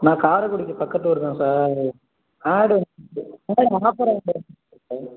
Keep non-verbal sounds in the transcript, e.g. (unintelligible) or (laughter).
நான் காரைக்குடிக்கு பக்கத்து ஊர் தான் சார் ஆடு ஆ ஆஃபர் (unintelligible)